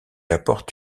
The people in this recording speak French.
apportent